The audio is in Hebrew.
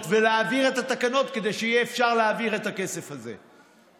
ולהעביר את התקנות כדי שיהיה אפשר להעביר את הכסף הזה.